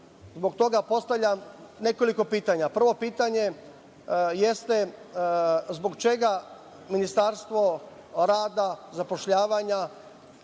Zbog toga postavljam nekoliko pitanja. Prvo pitanje jeste - zbog čega Ministarstvo rada, zapošljavanja,